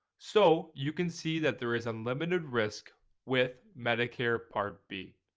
so you can see that there is a limited risk with medicare part b.